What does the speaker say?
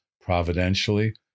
providentially